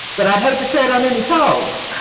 but i'd hate to tread on any toes.